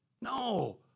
No